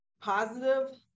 positive